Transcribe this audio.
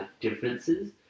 differences